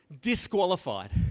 Disqualified